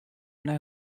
nei